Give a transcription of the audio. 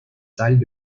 salles